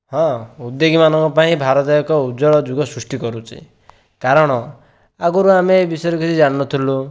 ହଁ ଉଦ୍ୟୋଗୀ ମାନଙ୍କ ପାଇଁ ଭାରତ ଏକ ଉଜ୍ବଳ ଯୁଗ ସୃଷ୍ଟି କରୁଛି କାରଣ ଆଗରୁ ଆମେ ଏ ବିଷୟରେ କିଛି ଜାଣିନଥିଲୁ